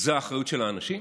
זו האחריות של האנשים?